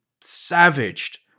savaged